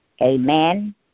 Amen